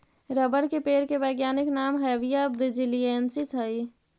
rubber के पेड़ के वैज्ञानिक नाम हैविया ब्रिजीलिएन्सिस हइ